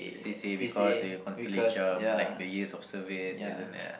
c_c_a because you constantly jump like the years of service isn't ya